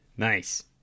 Nice